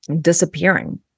disappearing